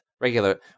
regular-